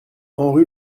henri